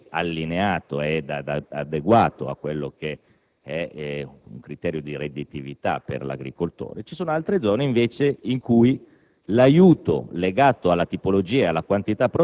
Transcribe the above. chi conferisce il prodotto per la trasformazione è allineato e adeguato a quello che è un criterio di redditività per l'agricoltore. Ci sono invece altre zone in cui